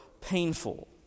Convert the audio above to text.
painful